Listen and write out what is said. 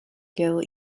gil